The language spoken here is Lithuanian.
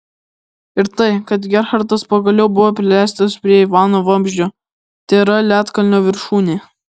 ir tai kad gerhardas pagaliau buvo prileistas prie ivano vamzdžio tėra ledkalnio viršūnė